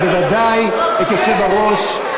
ובוודאי את היושב-ראש,